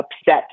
upset